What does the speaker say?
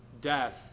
death